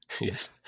Yes